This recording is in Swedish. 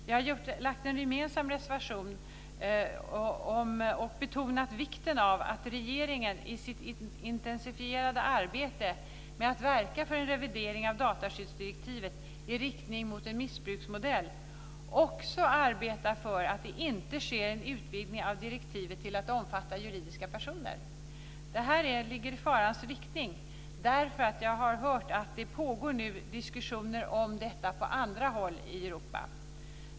Vi har lämnat en gemensam reservation och betonat vikten av att regeringen i sitt intensifierade arbete med att verka för en revidering av dataskyddsdirektivet i riktning mot en missbruksmodell också arbetar för att det inte sker en utvidgning av direktivet till att omfatta juridiska personer. Det ligger i farans riktning. Jag har nämligen hört att diskussioner nu pågår om detta på andra håll i Europa.